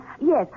Yes